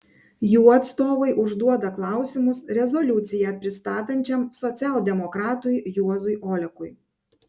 jų atstovai užduoda klausimus rezoliuciją pristatančiam socialdemokratui juozui olekui